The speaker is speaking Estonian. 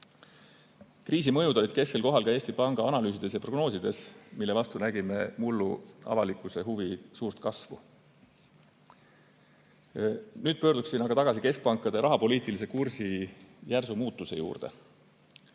Kriisi mõjud olid kesksel kohal ka Eesti Panga analüüsides ja prognoosides, mille vastu nägime mullu avalikkuse huvi suurt kasvu. Nüüd pöörduksin aga tagasi keskpankade rahapoliitilise kursi järsu muutuse juurde.